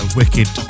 wicked